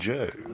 Joe